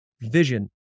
vision